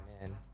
man